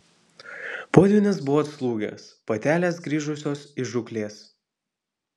potvynis buvo atslūgęs patelės grįžusios iš žūklės